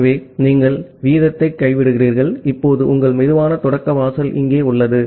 ஆகவே நீங்கள் வீதத்தை கைவிடுகிறீர்கள் இப்போது உங்கள் சுலோ ஸ்டார்ட் வாசல் இங்கே உள்ளது